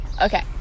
Okay